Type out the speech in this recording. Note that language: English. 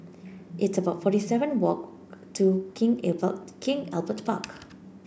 it's about forty seven walk to King Albert King Albert Park